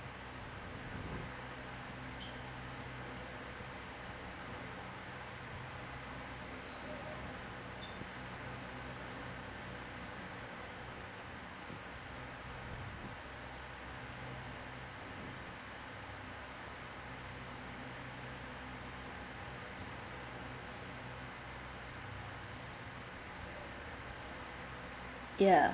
ya